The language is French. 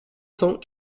cent